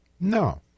No